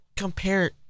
compare